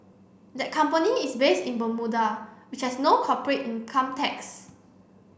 that company is based in Bermuda which has no corporate income tax